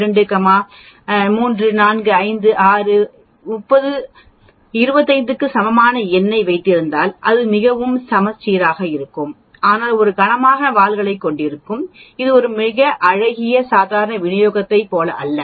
இப்போது நான் 1 2 3 4 5 6 30 25 க்கு சமமான N ஐ வைத்திருந்தால் அதுவும் சமச்சீராக இருக்கும் ஆனால் இது கனமான வால்களைக் கொண்டிருக்கும் இது ஒரு அழகிய சாதாரண விநியோகத்தைப் போல அல்ல